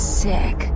sick